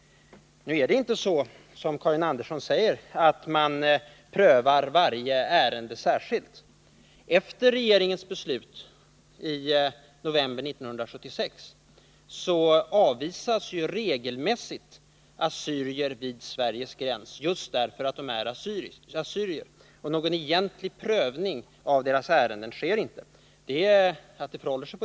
Det är inte så som Karin Andersson säger, att man prövar varje ärende särskilt. Efter regeringens beslut i november 1976 avvisas regelmässigt assyrier vid Sveriges gräns just därför att de är assyrier. Någon egentlig prövning av deras ärenden sker inte.